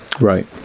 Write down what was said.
Right